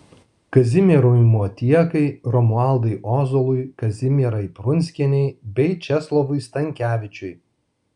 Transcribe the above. kazimierui motiekai romualdui ozolui kazimierai prunskienei bei česlovui stankevičiui